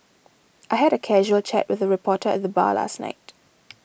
I had a casual chat with a reporter at the bar last night